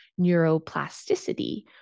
neuroplasticity